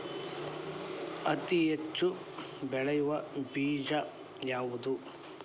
ಹತ್ತಿ ಹೆಚ್ಚ ಬೆಳೆಯುವ ಬೇಜ ಯಾವುದು?